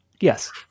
Yes